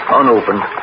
unopened